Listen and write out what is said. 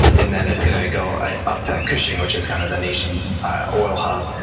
and then it's going to go up to cushing, which is kind of the nation's oil hub.